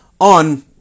on